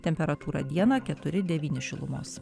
temperatūra dieną keturi devyni šilumos